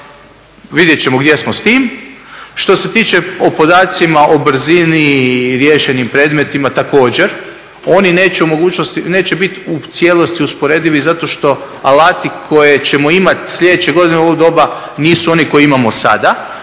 vidjet ćemo gdje smo s tim. Što se tiče o podacima o brzini i riješenim predmetima također. Oni neće biti u cijelosti usporedivi zato što alati koje ćemo imati sljedeće godine u ovo doba nisu oni koje imamo sada,